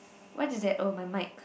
what do they oh my mic